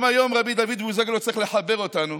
גם היום רבי דוד בוזגלו צריך לחבר אותנו